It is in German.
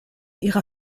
ihrer